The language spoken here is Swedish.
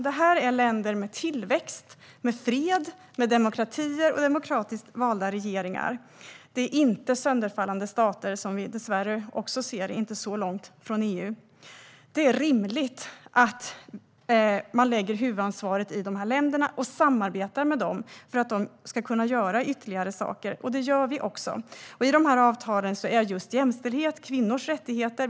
Det är länder med tillväxt, fred, demokrati och demokratiskt valda regeringar. Det är inte sönderfallande stater, som vi dessvärre också ser inte så långt från EU. Det är rimligt att man lägger huvudansvaret i dessa länder och samarbetar med dem för att de ska kunna göra ytterligare saker, och det gör vi också. I dessa avtal framhålls jämställdhet och kvinnors rättigheter.